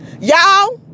Y'all